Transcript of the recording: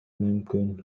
мүмкүн